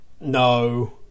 no